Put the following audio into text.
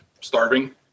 starving